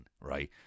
right